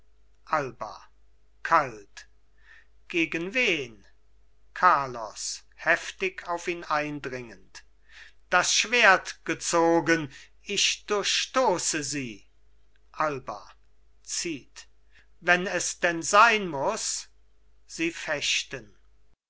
alba kalt gegen wen carlos heftig auf ihn eindringend das schwert gezogen ich durchstoße sie alba zieht wenn es denn sein muß sie fechten